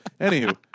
Anywho